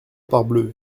parbleu